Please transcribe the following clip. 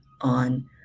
on